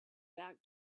back